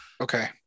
Okay